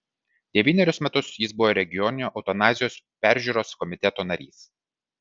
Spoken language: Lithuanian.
devynerius metus jis buvo regioninio eutanazijos peržiūros komiteto narys